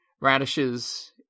radishes